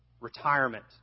retirement